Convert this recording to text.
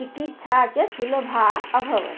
चिकित्सा च सुलभा अभवत्